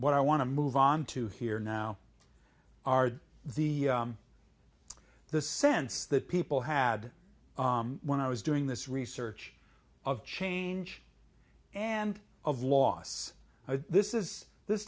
what i want to move onto here now are the the sense that people had when i was doing this research of change and of loss this is this